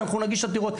אנחנו נגיש עתירות.